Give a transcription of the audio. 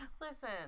listen